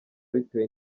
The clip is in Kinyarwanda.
bitewe